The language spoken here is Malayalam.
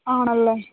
ആണല്ലേ